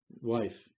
wife